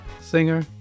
singer